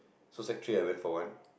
so sec three I went for one